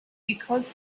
because